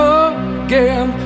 again